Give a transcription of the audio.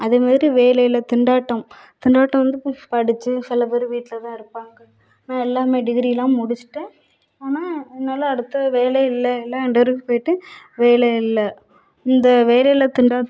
அதேமாதிரி வேலையிலா திண்டாட்டம் திண்டாட்டம் வந்து இப்போ படிச்சு சிலப்பேர் வீட்டிலதான் இருப்பாங்க ஆனால் எல்லாமே டிக்ரீயெலாம் முடிச்சுட்டு ஆனால் என்னால் அடுத்த வேலையில்லை எல்லா இன்டெர்வியூ போய்ட்டு வேலையில்லை இந்த வேலையில்லா திண்டாட்ட